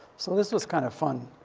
so this was kinda fun,